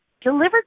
delivered